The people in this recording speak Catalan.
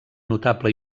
notable